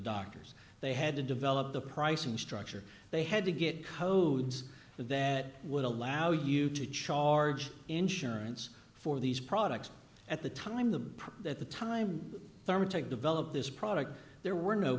doctors they had to develop the pricing structure they had to get codes that would allow you to charge insurance for these products at the time the at the time pharma take developed this product there were no